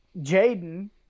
Jaden